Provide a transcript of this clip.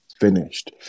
finished